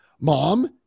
Mom